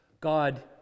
God